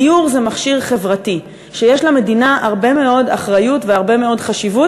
דיור זה מכשיר חברתי שיש למדינה בו הרבה אחריות והרבה מאוד חשיבות,